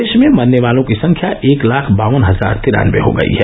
देश में मरने वालों की संख्या एक लाख बावन हजार तिरानवे हो गई है